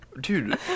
Dude